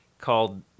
called